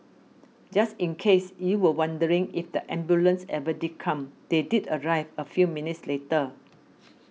just in case you were wondering if the ambulance ever did come they did arrive a few minutes later